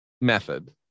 method